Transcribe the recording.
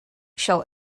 shall